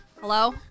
Hello